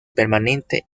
permanente